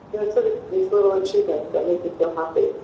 yeah it's sort of these little achievements that make me feel happy.